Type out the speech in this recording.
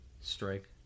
Strike